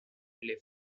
left